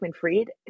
fried